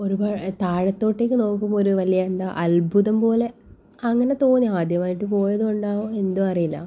ഒരുപാട് താഴത്തോട്ട് നോക്കുമ്പോൾ ഒരു വലിയ എന്താ അത്ഭുതം പോലെ അങ്ങനെ തോന്നി ആദ്യമായിട്ട് പോയത് കൊണ്ടാവാം എന്തോ അറിയില്ല